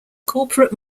corporate